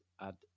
add